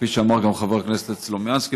כפי שאמר גם חבר הכנסת סלומינסקי,